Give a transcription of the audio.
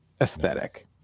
aesthetic